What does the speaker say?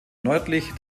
nördlich